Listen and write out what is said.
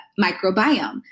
microbiome